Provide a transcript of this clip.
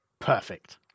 Perfect